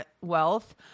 wealth